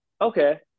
Okay